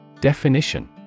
DEFINITION